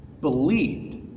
believed